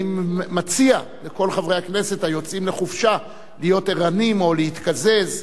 אני מציע לכל חברי הכנסת היוצאים לחופשה להיות ערניים או להתקזז,